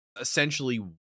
essentially